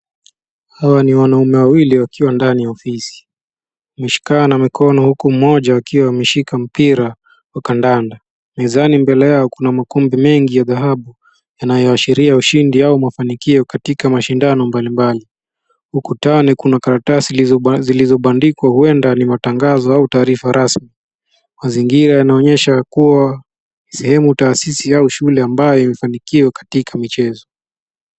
Hawa ni wanaume wawili wakiwa ndani ya ofisi. Wameshikana mikono huku mmoja akiwa ameshika mpira wa kandanda. Mezani mbele yao kuna makundi mengi ya dhahabu yanayoashiria ushindi au mafanikio katika mashindano mbalimbali. Ukutani kuna karatasi zilizobandikwa huenda ni matangazo au taarifa rasmi. Mazingira yanaonyesha ya kuwa sehemu taasisi au shule ambayo hufanikiwa katika michezo.